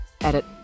edit